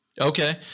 Okay